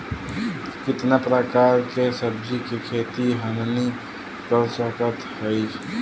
कितना प्रकार के सब्जी के खेती हमनी कर सकत हई?